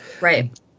Right